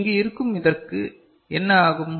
இங்கு இருக்கும் இதற்கு என்ன ஆகும்